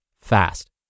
fast